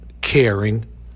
caring